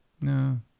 No